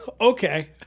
Okay